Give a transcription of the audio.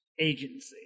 agency